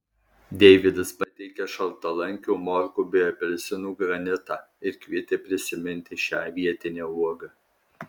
deivydas pateikė šaltalankių morkų bei apelsinų granitą ir kvietė prisiminti šią vietinę uogą